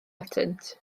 atynt